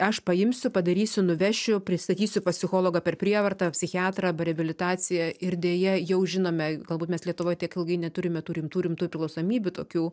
aš paimsiu padarysiu nuvešiu pristatysiu pas psichologą per prievartą psichiatrą arba reabilitacija ir deja jau žinome galbūt mes lietuvoj tiek ilgai neturime tų rimtų rimtų priklausomybių tokių